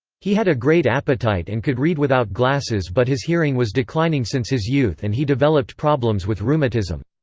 he had a great appetite and could read without glasses but his hearing was declining since his youth and he developed problems with rheumatism.